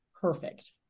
perfect